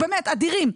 באמת, אדירים.